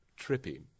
trippy